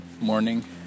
morning